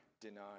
deny